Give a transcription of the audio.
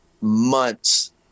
months